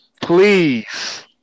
Please